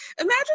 imagine